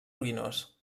ruïnós